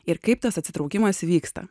ir kaip tas atsitraukimas vyksta